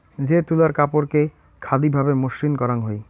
যে তুলার কাপড়কে খাদি ভাবে মসৃণ করাং হই